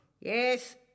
Yes